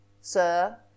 sir